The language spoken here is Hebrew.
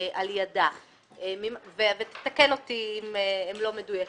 על ידה ותקן אותי אם הם לא מדויקים.